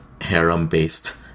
harem-based